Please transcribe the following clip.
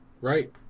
right